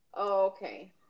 okay